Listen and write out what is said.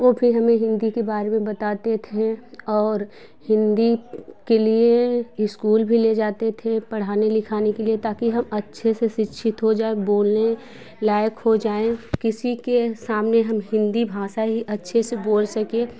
वो भी हमें हिंदी के बारे में बताते थे और हिंदी के लिए स्कूल भी ले जाते थे पढ़ाने लिखाने के लिए ताकि हम अच्छे से शिक्षित हो जाए बोलने लायक हो जाएं किसी के सामने ही हिंदी भाषा ही अच्छे से बोल सकें